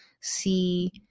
see